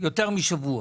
יותר משבוע,